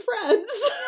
friends